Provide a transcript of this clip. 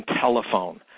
telephone